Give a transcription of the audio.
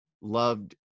loved